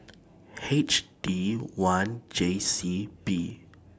H D one J C B